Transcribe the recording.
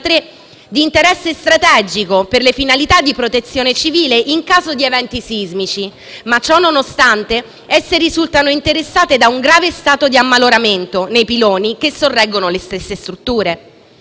di interesse strategico, per le finalità di protezione civile in caso di eventi sismici, ma che, ciò nonostante, risultano interessate da un grave stato di ammaloramento nei piloni che sorreggono le stesse strutture.